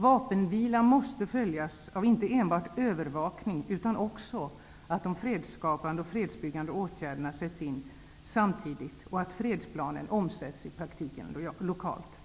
Vapenvilan måste inte enbart följas av övervakning utan också av att de fredsskapande och fredsbyggande åtgärderna samtidigt sätts in och att fredsplanen omsätts i praktiken lokalt.